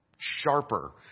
sharper